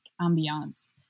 ambiance